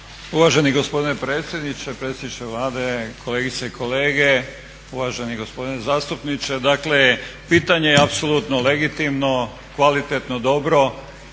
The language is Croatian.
Uvaženi gospodine predsjedniče, predsjedniče Vlade, kolegice i kolege, uvaženi gospodine zastupniče. Dakle pitanje je apsolutno legitimno, kvalitetno, dobro.